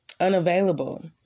unavailable